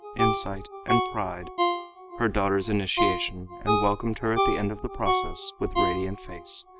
insight and pride her daughter's initiation and welcomed her at the end of the process with radiant face,